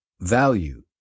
value